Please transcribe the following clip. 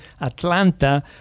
Atlanta